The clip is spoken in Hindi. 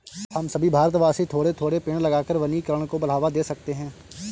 हम सभी भारतवासी थोड़े थोड़े पेड़ लगाकर वनीकरण को बढ़ावा दे सकते हैं